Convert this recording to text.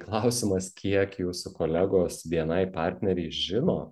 klausimas kiek jūsų kolegos bni partneriai žino